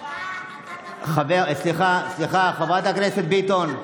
חברת הכנסת ביטון,